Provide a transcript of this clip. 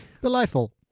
Delightful